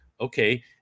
Okay